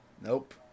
nope